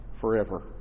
forever